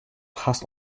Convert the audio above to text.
hast